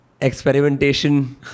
experimentation